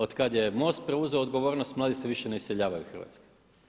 Otkada je MOST preuzeo odgovornost mladi se više ne iseljavaju iz Hrvatske.